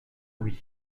louis